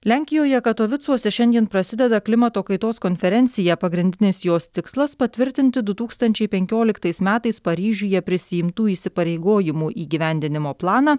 lenkijoje katovicuose šiandien prasideda klimato kaitos konferencija pagrindinis jos tikslas patvirtinti du tūkstančiai penkioliktais metais paryžiuje prisiimtų įsipareigojimų įgyvendinimo planą